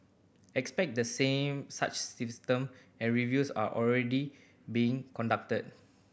except the same such systems and reviews are already being conducted